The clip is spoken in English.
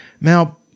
Now